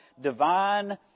divine